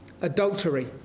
adultery